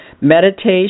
meditation